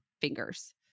fingers